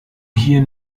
hier